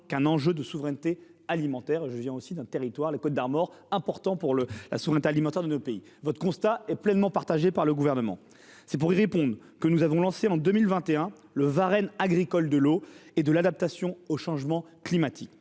d'un enjeu de souveraineté alimentaire ; je viens d'ailleurs moi-même d'un territoire, les Côtes-d'Armor, qui est important pour la souveraineté alimentaire de notre pays. Votre constat est donc pleinement partagé par le Gouvernement, monsieur le sénateur. C'est pour y répondre que nous avons lancé, en 2021, le Varenne agricole de l'eau et de l'adaptation au changement climatique.